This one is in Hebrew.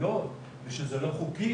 השבחה